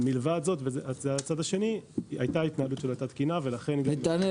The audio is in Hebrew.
מלבד זאת הייתה התנהלות לא תקינה ולכן -- נתנאל,